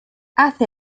hace